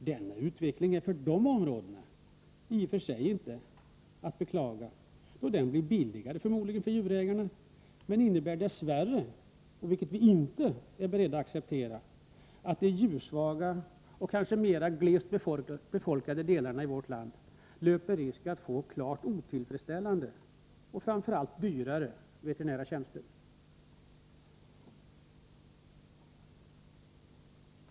Denna utveckling är för de djurtäta områdena i och för sig inte att beklaga, då den förmodligen blir billigare för djurägarna, men den innebär dess värre — och det är vi inte beredda att acceptera — att de djursvaga och mer glest befolkade delarna av vårt land löper risk att få klart otillfredsställande och framför allt dyrare veterinära tjänster.